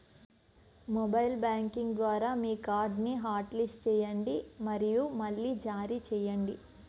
mobile banking ద్వారా మీ కార్డ్ని హాట్లిస్ట్ చేయండి మరియు మళ్లీ జారీ చేయండి